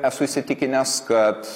esu įsitikinęs kad